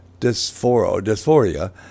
dysphoria